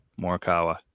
morikawa